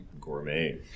Gourmet